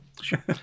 Sure